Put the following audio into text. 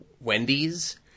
Wendy's